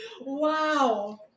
Wow